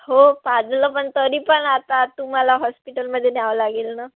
हो पाजलं पण तरी पण आता तुम्हाला हॉस्पिटलमध्ये न्यावं लागेल ना